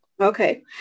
Okay